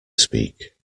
speak